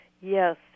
Yes